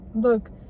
Look